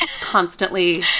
constantly